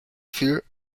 fir